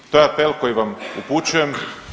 To je apel koji vam upućujem.